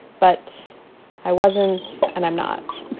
but i wasn't. and i'm not.